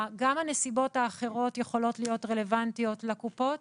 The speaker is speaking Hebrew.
גם הנסיבות האחרות יכולות להיות רלוונטיות לקופות